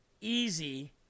easy